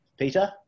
Peter